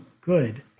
good